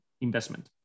investment